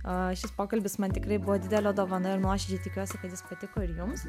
šis pokalbis man tikrai buvo didelė dovana ir nuoširdžiai tikiuosi kad jis patiko ir jums